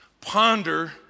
Ponder